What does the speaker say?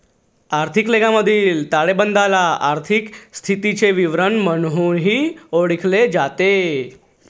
आर्थिक लेखामधील ताळेबंदाला आर्थिक स्थितीचे विवरण म्हणूनही ओळखले जाते